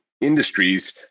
industries